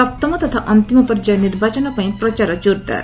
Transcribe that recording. ସପ୍ତମ ତଥା ଅନ୍ତିମ ପର୍ଯ୍ୟାୟ ନିର୍ବାଚନ ପାଇଁ ପ୍ରଚାର କୋର୍ଦାର୍